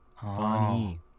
Funny